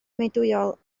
meudwyol